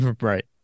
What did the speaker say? Right